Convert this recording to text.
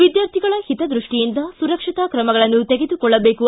ವಿದ್ಯಾರ್ಥಿಗಳ ಹಿತದ್ಯಷ್ಟಿಯಿಂದ ಸುರಕ್ಷತಾ ಕ್ರಮಗಳನ್ನು ತೆಗೆದುಕೊಳ್ಳಬೇಕು